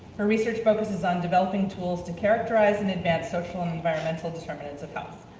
her research focuses on developing tools to characterize and advance social and environmental determinants of health.